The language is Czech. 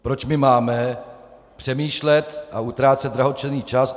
Proč my máme přemýšlet a utrácet drahocenný čas.